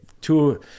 two